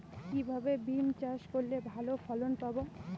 কিভাবে বিম চাষ করলে ভালো ফলন পাব?